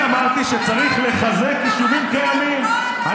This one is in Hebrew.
אני אמרתי שצריך לחזק ישובים קיימים.